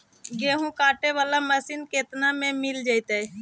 गेहूं काटे बाला मशीन केतना में मिल जइतै?